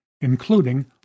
including